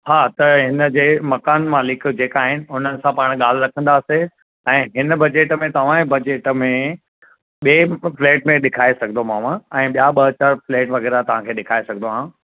हा त हिनजे मकान मलिक जेका आहिनि उन सां पाण ॻाल्हि रखंदासीं ऐं हिन बजट में तव्हांजे बजट में ॿिए फ्लैट में ॾेखाए सघदोमाव ऐं ॿिया ॿ चारि फ्लैट वग़ैरह तव्हांखे ॾेखाए सघदो आहियां